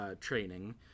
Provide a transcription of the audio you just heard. training